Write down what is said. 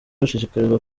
bashishikarizwa